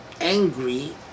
angry